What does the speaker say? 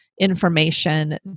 information